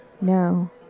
No